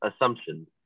assumption